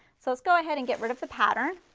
so let's go ahead and get rid of the pattern,